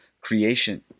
creation